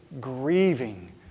grieving